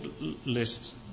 list